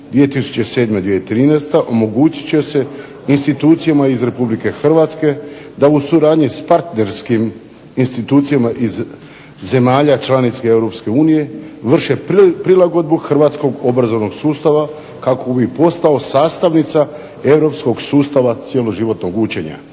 2007.-2013. omogućit će se institucijama iz Republike Hrvatske da u suradnji s partnerskim institucijama iz zemalja članica Europske unije vrše prilagodbu hrvatskog obrazovnog sustava kako bi postao sastavnica Europskog sustava cjeloživotnog učenja.